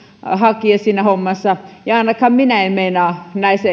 hakea siinä hommassa ja ainakaan minä en meinaa näissä